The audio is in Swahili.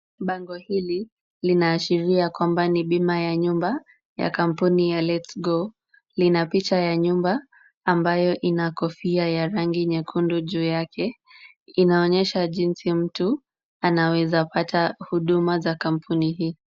Bango hili linaashiria kwamba ni bima ya nyumba ya kampuni ya LetsGo. Lina picha ya nyumba ambayo ina kofia ya rangi nyekundu juu yake. Inaonyesha jinsi mtu anaweza pata huduma za kampuni hii.